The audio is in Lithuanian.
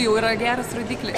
jau yra geras rodiklis